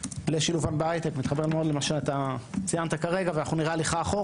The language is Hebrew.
אנחנו מאוד מפחדים שההגנות האלה כבר ייעלמו.